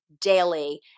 daily